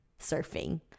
surfing